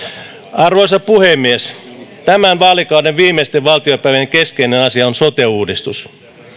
arvoisa puhemies tämän vaalikauden viimeisten valtiopäivien keskeinen asia on sote uudistus